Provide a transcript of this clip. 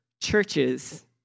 churches